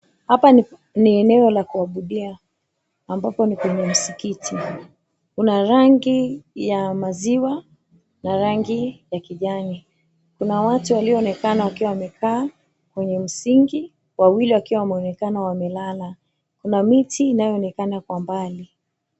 Hapa ni eneo la kuabudia, ambapo ni kwenye msikiti, una rangi ya maziwa na rangi ya kijani. Kuna watu walionekana wakiwa wamekaa kwenye msingi, wawili wakiwa wameonekana wamelala. Kuna miti inayoonekana kwa mbali.